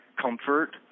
comfort